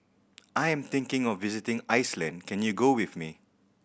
I am thinking of visiting Iceland can you go with me